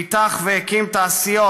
פיתח והקים תעשיות,